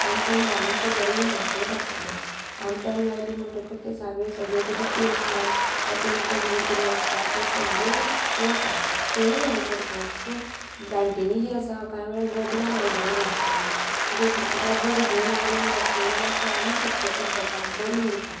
आमटाण घालून तें बरें घासून काडटालें आमटान लायलें म्हणटकच तें सगळें सगळें तेजी तेल साण वा तेलकट जें किदें आसता तें सगळें वता तेंय हांव करता पूण जाणटेनी जी आसा कांय वेळार गोबरान आयदनां घासतालीं गोब्र गोबर घेवन आयदन घासलें जाल्यार तें आनी चकचकीत जाता बरीं उरता